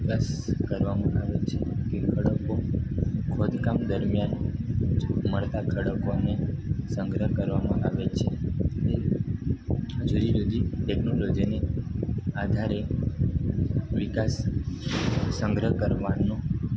નિકાસ કરવામાં આવે છે કે ખડકો ખોદકામ દરમ્યાન જો મળતા ખડકોને સંગ્રહ કરવામાં આવે છે જે જુદી જુદી ટેકનોલોજીની આધારે વિકાસ સંગ્રહ કરવાનો